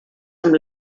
amb